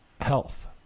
health